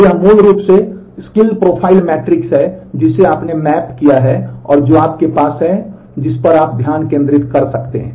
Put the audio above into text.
तो यह मूल रूप से कौशल प्रोफ़ाइल मैट्रिक्स है जिसे आपने मैप किया है जो आपके पास है जिस पर आप ध्यान केंद्रित कर सकते हैं